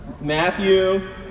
Matthew